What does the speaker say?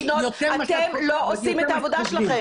התמונות האלה חוזרות ונשנות אתם לא עושים את העבודה שלכם.